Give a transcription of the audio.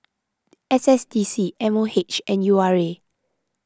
S S D C M O H and U R A